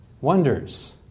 wonders